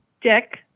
dick